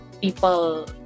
people